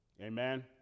Amen